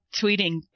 tweeting